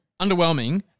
underwhelming